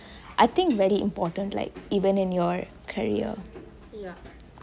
I think very important even in your career